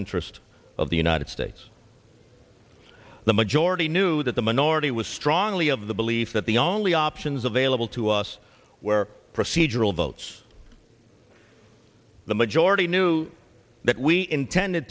interest of the united states the majority knew that the minority was strongly of the belief that the only options available to us where procedural votes the majority knew that we intended